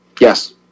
Yes